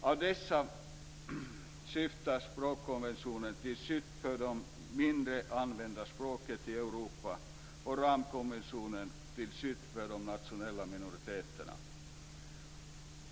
Av dessa syftar språkkonventionen till skydd för de mindre använda språken i Europa och ramkonventionen till skydd för de nationella minoriteterna.